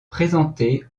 présenté